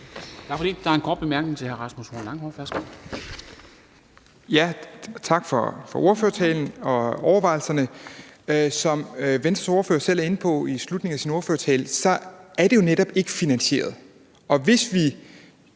Rasmus Horn Langhoff (S): Tak for ordførertalen og overvejelserne. Som Venstres ordfører selv er inde på i slutningen af sin ordførertale, er det jo netop ikke finansieret. Hvis vi